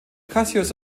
cassius